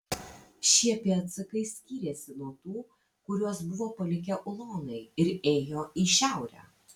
šie pėdsakai skyrėsi nuo tų kuriuos buvo palikę ulonai ir ėjo į šiaurę